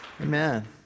Amen